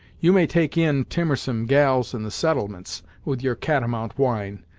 you may take in timorsome gals in the settlements, with your catamount whine,